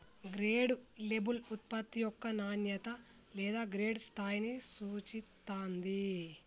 grade label ఉత్పత్తి యొక్క నాణ్యత లేదా గ్రేడ్ స్థాయిని సూచిత్తాంది